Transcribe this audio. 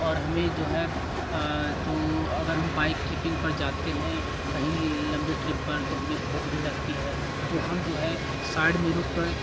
और हमें जो है जो अगर बाइक ट्रिपिंग पर जाते हैं कहीं लंबी ट्रिप पर तो हमें भूख भी लगती है तो हम जो है साइड में रुक के